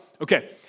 Okay